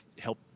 help